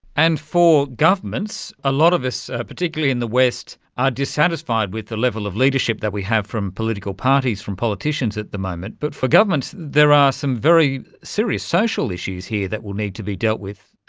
and for governments, a lot of us, particularly in the west, are dissatisfied with the level of leadership that we have from political parties, from politicians at the moment, but for governments there are some very serious social issues here that will need to be dealt with.